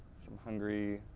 some hungary